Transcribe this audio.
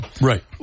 right